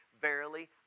Verily